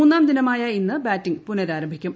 മൂന്നാം ദിനമായ ഇന്ന് ബാറ്റിംഗ് പുനരാരംഭിക്കും